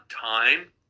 time